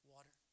Water